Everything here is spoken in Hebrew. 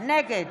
נגד